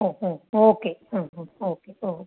oh oh okay okay oh